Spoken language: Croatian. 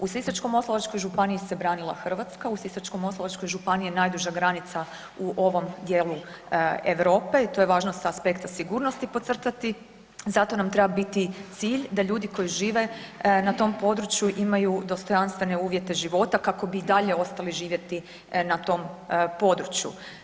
U Sisačko-moslavačkoj županiji se branila Hrvatska, u Sisačko-moslavačkoj županiji je najduža granica u ovom dijelu Europe i to je važno s aspekta sigurnosti podcrtati zato nam treba biti cilj da ljudi koji žive na tom području imaju dostojanstvene uvjete života kako bi i dalje ostali živjeti na tom području.